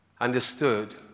understood